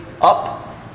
up